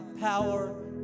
power